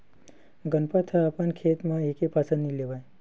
गनपत ह अपन खेत म एके फसल नइ लेवय